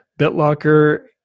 BitLocker